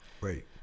Right